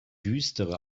düstere